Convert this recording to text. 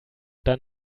dann